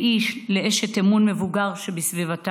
לאיש או לאשת אמון מבוגר שבסביבתם,